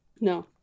no